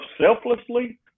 selflessly